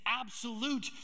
absolute